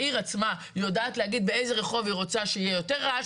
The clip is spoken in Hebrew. העיר עצמה יודעת להגיד באיזה רחוב היא רוצה שיהיה יותר רעש